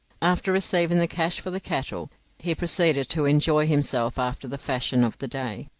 after receiving the cash for the cattle he proceeded to enjoy himself after the fashion of the day.